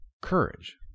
courage